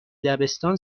دبستان